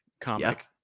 comic